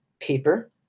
paper